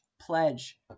pledge